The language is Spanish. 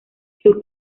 sus